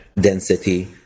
density